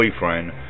boyfriend